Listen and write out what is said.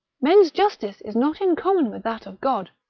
men's justice is not in common with that of god,